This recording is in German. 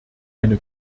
eine